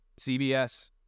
CBS